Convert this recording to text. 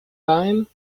time